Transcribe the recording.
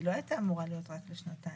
לא הייתה אמורה להיות רק לשנתיים.